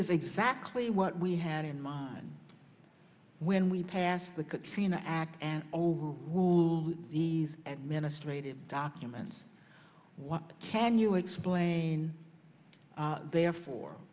is exactly what we had in mind when we passed the katrina act and old who these administratively documents what can you explain therefore